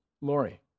Lori